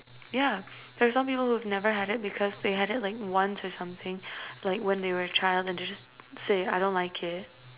yeah for some people who never had it because they had it like once or something like when they were a child and just say I don't like it